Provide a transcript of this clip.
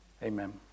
Amen